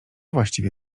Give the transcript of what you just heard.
właściwie